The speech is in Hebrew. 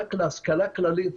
רק להשכלה כללית,